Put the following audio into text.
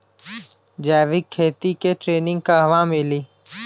जैविक खेती के ट्रेनिग कहवा मिली?